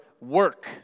work